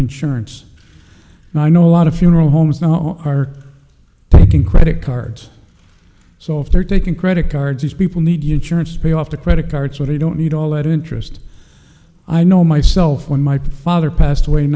insurance and i know a lot of funeral homes now are taking credit cards so if they're taking credit cards these people need you church to pay off the credit card so they don't need all that interest i know myself when my father passed away in